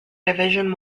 division